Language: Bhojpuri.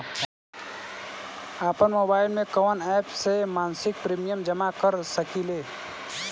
आपनमोबाइल में कवन एप से मासिक प्रिमियम जमा कर सकिले?